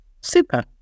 super